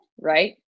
right